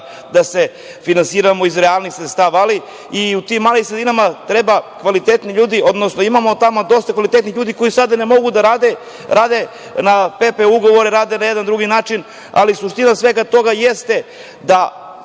da se finansiramo iz realnih sredstava, ali i u tim malim sredinama su potrebni kvalitetni ljudi. Imamo tamo dosta kvalitetnih ljudi koji sada ne mogu da rade, rade na pp ugovore, rade na jedan drugi način, ali suština svega toga jeste da